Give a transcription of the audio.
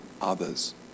others